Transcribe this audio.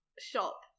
shop